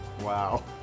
wow